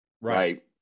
right